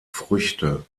früchte